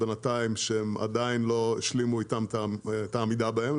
והם עדיין לא השלימו את העמידה בהן.